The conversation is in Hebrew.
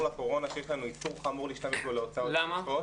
לקורונה שיש לנו איסור חמור להשתמש בו להוצאות אחרות.